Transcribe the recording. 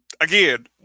Again